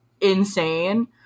insane